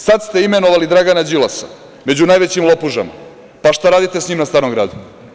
Sada ste imenovali Dragana Đilasa među najvećim lopužama, a šta radite sa njim na Starom gradu?